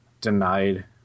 denied